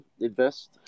invest